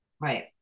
Right